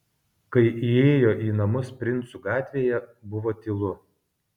kai įėjo į namus princų gatvėje buvo tylu